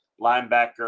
linebacker